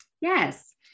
Yes